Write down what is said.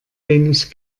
wenig